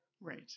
Right